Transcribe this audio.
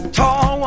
tall